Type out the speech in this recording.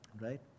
Right